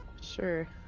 Sure